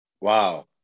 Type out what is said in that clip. Wow